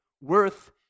worth